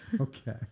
okay